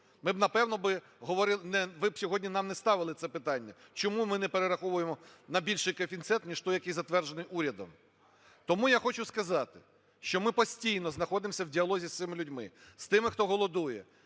ми б, напевно би, говорили... ви б сьогодні нам не ставили це питання, чому ми не перераховуємо на більший коефіцієнт, ніж той, який затверджений урядом. Тому я хочу сказати, що ми постійно знаходимося в діалозі з цими людьми, з тими, хто голодує.